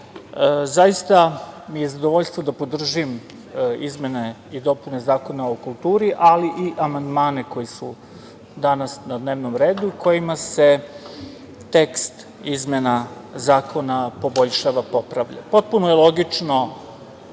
zaista mi je zadovoljstvo da podržim izmene i dopune Zakona o kulturi, ali i amandmane koji su danas na dnevnom redu, kojima se tekst izmena zakona poboljšava i popravlja. Potpuno je logično